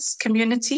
community